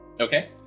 Okay